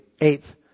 Eighth